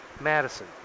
Madison